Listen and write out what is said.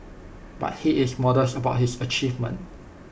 but he is modest about his achievement